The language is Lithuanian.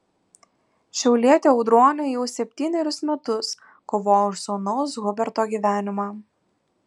šiaulietė audronė jau septynerius metus kovoja už sūnaus huberto gyvenimą